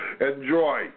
Enjoy